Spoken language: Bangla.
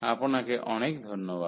আপনাকে অনেক ধন্যবাদ